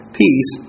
peace